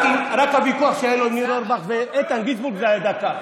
רק הוויכוח שהיה לו עם איתן גינזבורג וניר אורבך היה דקה.